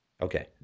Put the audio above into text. Okay